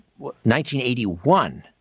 1981